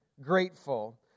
grateful